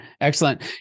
Excellent